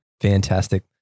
Fantastic